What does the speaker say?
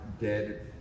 dead